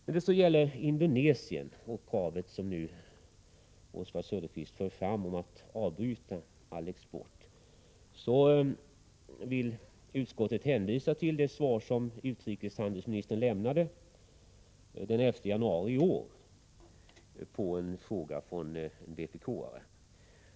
När det så gäller Indonesien och det krav som Oswald Söderqvist nu för fram om att vi skall avbryta all export dit, vill utskottet hänvisa till det svar som utrikeshandelsministern lämnade den 11 januari i år på en fråga från en vpk-are.